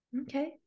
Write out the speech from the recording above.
Okay